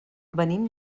venim